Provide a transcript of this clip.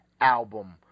album